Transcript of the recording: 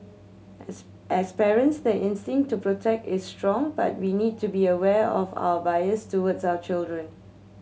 as as parents the instinct to protect is strong but we need to be aware of our biases towards our children